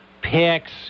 picks